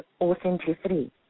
authenticity